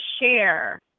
share